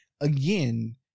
again